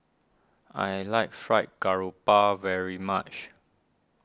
I like Fried Grouper very much